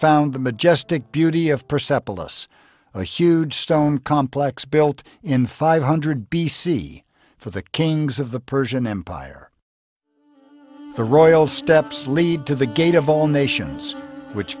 found the majestic beauty of persepolis a huge stone complex built in five hundred b c for the kings of the persian empire the royal steps lead to the gate of all nations which